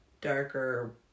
darker